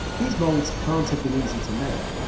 these molds can't have been easy to make.